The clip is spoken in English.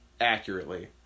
accurately